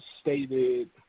stated